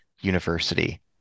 University